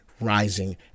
rising